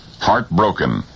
Heartbroken